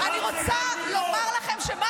אף אחד מפה --- אני רוצה לומר לכם שמה